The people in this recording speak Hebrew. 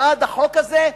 בעד החוק הזה,